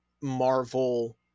Marvel